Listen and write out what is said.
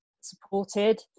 supported